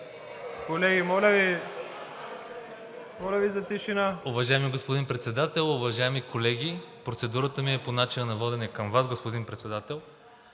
Промяната): Уважаеми господин Председател, уважаеми колеги! Процедурата ми е по начина на водене към Вас, господин Председател.